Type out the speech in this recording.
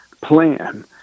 plan